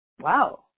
Wow